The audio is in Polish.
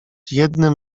jednym